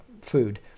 food